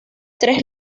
tres